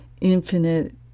infinite